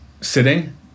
sitting